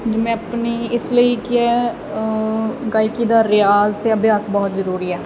ਮੈਂ ਆਪਣੀ ਇਸ ਲਈ ਕਿ ਗਾਇਕੀ ਦਾ ਰਿਆਜ਼ ਅਤੇ ਅਭਿਆਸ ਬਹੁਤ ਜ਼ਰੂਰੀ ਹੈ